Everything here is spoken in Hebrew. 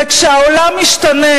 וכשהעולם משתנה,